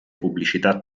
pubblicità